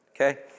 okay